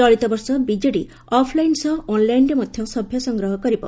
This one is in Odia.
ଚଳିତବର୍ଷ ବିଜେଡ଼ି ଅଫ୍ଲାଇନ୍ ସହ ଅନ୍ଲାଇନ୍ରେ ମଧ ସଭ୍ୟ ସଂଗ୍ରହ କରିବ